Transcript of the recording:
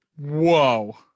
Whoa